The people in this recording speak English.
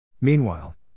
Meanwhile